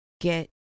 get